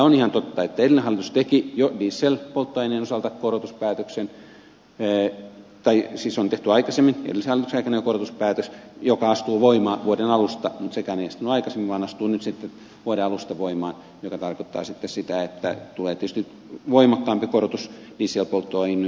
on ihan totta että edellinen hallitus teki jo dieselpolttoaineen osalta korotuspäätöksen tai siis on tehty aikaisemmin edellisen hallituksen aikana jo korotuspäätös joka astuu voimaan vuoden alusta mutta sekään ei astunut voimaan aikaisemmin vaan astuu nyt sitten vuoden alusta voimaan mikä tarkoittaa sitten sitä että tulee tietysti voimakkaampi korotus dieselpolttoöljyyn